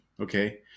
okay